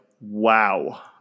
wow